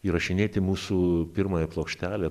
įrašinėti mūsų pirmąją plokštelę